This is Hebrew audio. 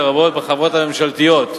לרבות בחברות הממשלתיות,